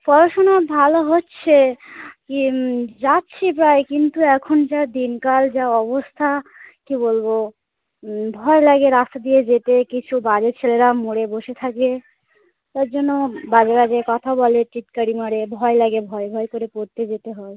পড়াশুনো ভালো হচ্ছে কী যাচ্ছি প্রায় কিন্তু এখন যা দিনকাল যা অবস্থা কী বলবো ভয় লাগে রাস্তা দিয়ে যেতে কিছু বাজে ছেলেরা মোড়ে বসে থাকে এর অন্য বাজে বাজে কথা বলে টিটকারি মারে ভয় লাগে ভয় ভয় করে পড়তে যেতে হয়